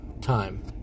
Time